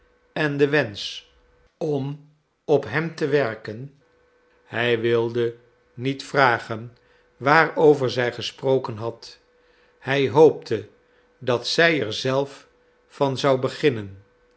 en den wensch om op hem te werken hij wilde niet vragen waarover zij gesproken had hij hoopte dat zij er zelf van zou beginnen